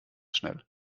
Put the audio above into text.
schnell